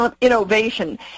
Innovation